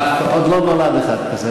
עוד לא נולד אחד כזה.